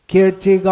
Kirti